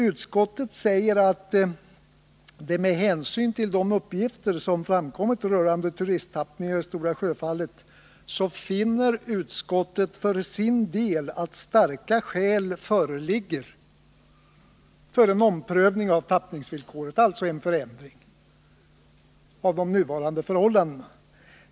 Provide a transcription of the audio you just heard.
Utskottet skriver: ”Med hänsyn till de uppgifter som framkommit rörande turisttappningarna i Stora Sjöfallet finner utskottet för sin del att starka skäl föreligger för en omprövning av tappningsvillkoret.” Detta skulle alltså innebära en förändring av de nuvarande förhållandena.